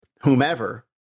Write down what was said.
whomever